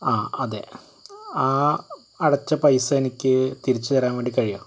ആ അതേ ആ അടച്ച പൈസ എനിക്കു തിരിച്ചു തരാൻവേണ്ടി കഴിയുമോ